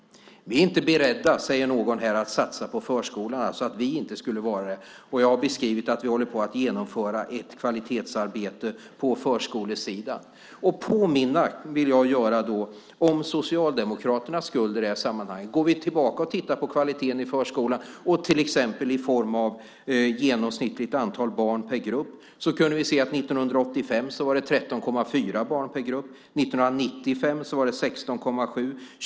Vi är inte beredda, säger någon här, att satsa på förskolan, alltså att vi inte skulle vara det. Jag har beskrivit att vi håller på att genomföra ett kvalitetsarbete på förskolan. Jag vill då påminna om Socialdemokraternas skuld i det här sammanhanget. Går vi tillbaka och tittar på kvaliteten i förskolan till exempel i form av genomsnittligt antal barn per grupp kunde vi se att År 1985 var det 13,4 barn per grupp. 1995 var det 16,7.